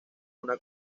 una